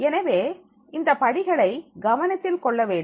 எனவே இந்தப் படிகளை கவனத்தில் கொள்ள வேண்டும்